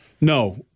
No